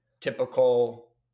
typical